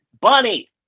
Bunny